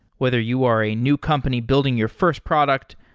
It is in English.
whether you are a new company building your first product,